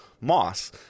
moss